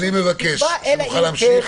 תקבע אלא אם.